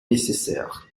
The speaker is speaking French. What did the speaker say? nécessaire